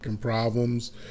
problems